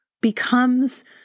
becomes